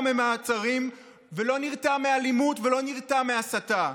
ממעצרים ולא נרתע מאלימות ולא נרתע מהסתה.